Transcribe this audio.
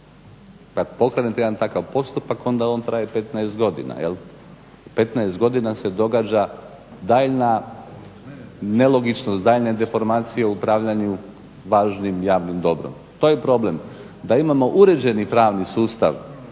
Kad pokrenete jedan takav postupak onda on traje 15 godina jel'. 15 godina se događa daljnja nelogičnost, daljnja deformacija u upravljanju važnim javnim dobrom, to je problem. Da imamo uređeni pravni sustav